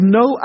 no